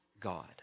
God